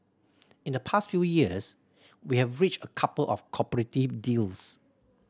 in the past few years we have reached a couple of cooperative deals